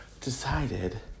decided